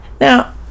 now